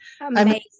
Amazing